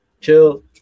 Chill